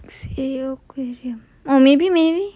sea aquarium oh maybe maybe